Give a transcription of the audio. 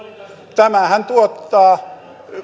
tämähän tuottaa